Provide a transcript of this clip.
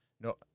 no